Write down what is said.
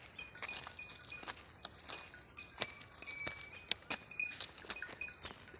ಮನಿ ಕಟ್ಟಕತೇವಿ ರಿ ಈ ಪ್ರಧಾನ ಮಂತ್ರಿ ಆವಾಸ್ ಯೋಜನೆ ಸ್ಕೇಮ್ ಬಗ್ಗೆ ಮಾಹಿತಿ ಕೊಡ್ತೇರೆನ್ರಿ?